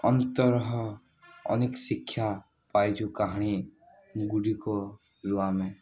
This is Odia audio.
ଅନ୍ତରହ ଅନେକ ଶିକ୍ଷା ପାଇ ଯେଉଁ କାହାଣୀ ଗୁଡ଼ିକ ରୁ ଆମେ